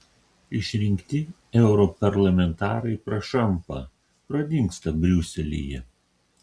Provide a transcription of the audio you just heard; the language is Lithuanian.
išrinkti europarlamentarai prašampa pradingsta briuselyje